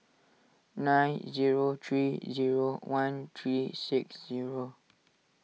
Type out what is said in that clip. nine zero three zero one three six zero